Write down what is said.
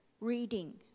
reading